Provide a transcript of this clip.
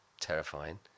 terrifying